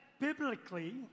biblically